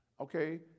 Okay